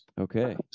Okay